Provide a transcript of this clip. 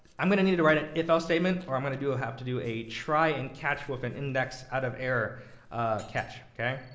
i'm going to need to write an if else statement, or i'm going to do i'll have to do a try and catch with an index out of error catch. ok.